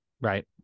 Right